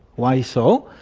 why so?